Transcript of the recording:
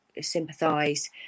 sympathise